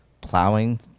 plowing